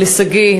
לשגיא,